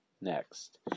next